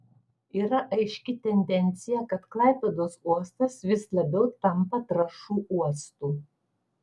yra aiški tendencija kad klaipėdos uostas vis labiau tampa trąšų uostu